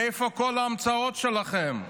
מאיפה כל ההמצאות שלכם?